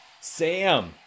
Sam